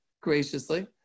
graciously